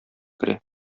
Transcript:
керә